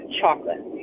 chocolate